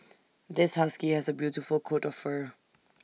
this husky has A beautiful coat of fur